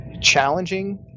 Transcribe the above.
challenging